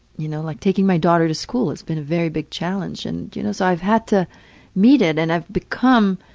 you know, like taking my daughter to school has been a very big challenge. and, you know, so i've had to meet it and i've become